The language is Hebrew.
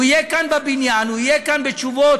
הוא יהיה כאן בבניין, והוא יהיה כאן בתשובות,